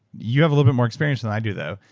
you have a little more experience than i do though.